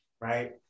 right